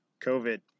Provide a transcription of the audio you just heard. COVID